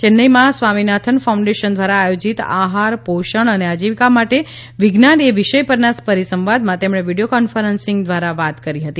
ચેન્નઈમાં સ્વામિનાથન ફાઉન્ડેશન દ્વારા આયોજિત આહાર પોષણ અને આજીવિકા માટે વિજ્ઞાન એ વિષય પરના પરિસંવાદમાં તેમણે વીડિયો કોન્ફરન્સિંગ દ્વારા વાત કરી હતી